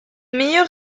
meilleurs